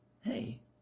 Hey